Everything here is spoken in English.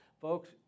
Folks